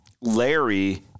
Larry